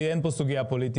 כי אין פה סוגיה פוליטית.